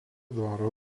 dvaro